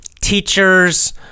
teachers